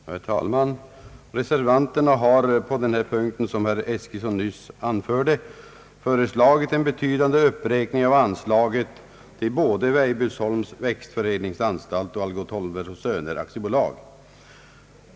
Herr talman! Reservanterna har vid denna punkt, som herr Eskilsson nyss också anförde, föreslagit en betydande uppräkning av anslaget till både Weibullsholms växtförädlingsanstalt och Algot Holmberg & Söner AB.